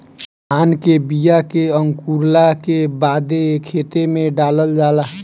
धान के बिया के अंकुरला के बादे खेत में डालल जाला